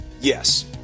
yes